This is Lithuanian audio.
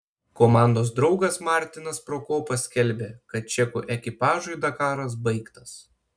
komandos draugas martinas prokopas skelbia kad čekų ekipažui dakaras baigtas